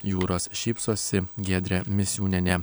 jūros šypsosi giedrė misiūnienė